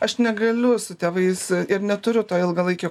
aš negaliu su tėvais ir neturiu to ilgalaikio